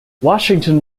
washington